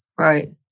Right